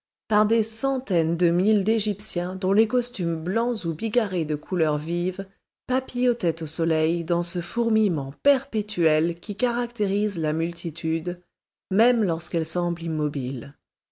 par des centaines de mille d'égyptiens dont les costumes blancs ou bigarrés de couleurs vives papillotaient au soleil dans ce fourmillement perpétuel qui caractérise la multitude même lorsqu'elle semble immobile